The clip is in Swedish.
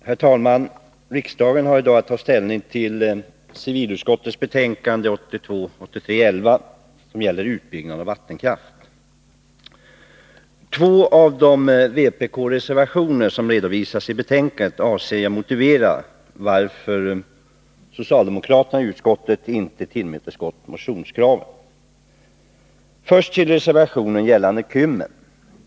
Herr talman! Riksdagen har i dag att ta ställning till civilutskottets betänkande 1982/83:11 som gäller utbyggnad av vattenkraft. När det gäller två av de vpk-reservationer som redovisas i betänkandet avser jag att motivera varför socialdemokraterna i utskottet inte har tillmötesgått motionskraven.